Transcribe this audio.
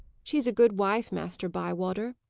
she's a good wife, master bywater.